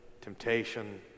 temptation